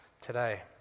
today